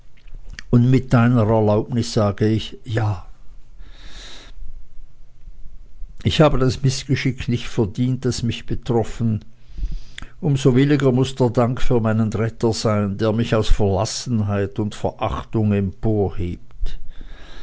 und mit deiner erlaubnis sage ich ja ich habe das mißgeschick nicht verdient das mich betroffen um so williger muß der dank für meinen retter sein der mich aus verlassenheit und verachtung